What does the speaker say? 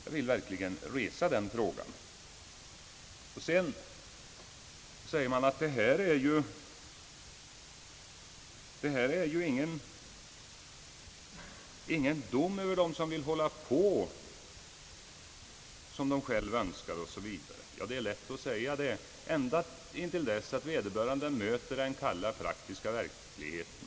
Jag vill verkligen ställa den frågan. Vidare anförs att detta inte är någon dom över de jordbrukare, som vill driva sitt jordbruk så som de själva önskar. Det är lätt att säga så — till dess att vederbörande möter den kalla praktiska verkligheten.